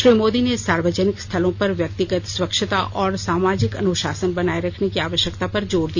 श्री मोदी ने सार्वजनिक स्थलों पर व्यक्तिगत स्वच्छता और सामाजिक अनुशासन बनाए रखने की आवश्यकता पर जोर दिया